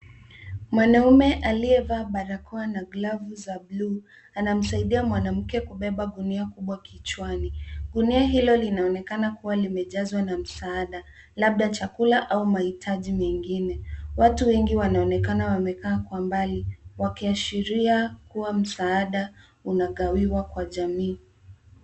Mwanaume aliyevaa barakoa na glovu za bluu anamsaidia mwanamke kubeba gunia kubwa kichwani. Gunia hilo linaonekana kuwa limejazwa na msaada labda chakula au mahitaji mengine. Watu wengi wanaonekana wamekaa kwa mbali wakiashiria kuwa msaada unagawiwa kwa jamii.